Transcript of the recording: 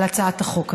את הצעת החוק הזאת.